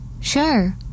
Sure